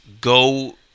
go